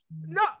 No